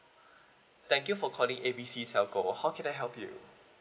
thank you for calling A B C telco how can I help you